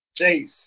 Jace